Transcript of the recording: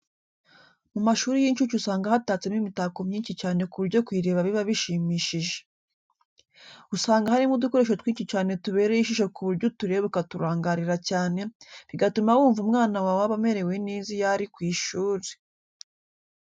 Mu mashuri y'incuke usanga hatatsemo imitako myinshi cyane ku buryo kuyireba biba bishimishije. Usanga harimo udukoresho twinshi cyane tubereye ijisho ku buryo utureba ukaturangarira cyane, bigatuma wumva umwana wawe aba amerewe neza iyo ari ku ishuri.